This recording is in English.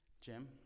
Jim